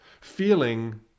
Feeling